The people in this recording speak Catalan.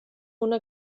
una